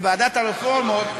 בוועדת הרפורמות,